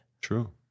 true